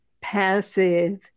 passive